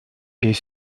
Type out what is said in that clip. est